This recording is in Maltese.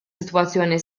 sitwazzjoni